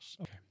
okay